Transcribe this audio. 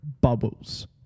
bubbles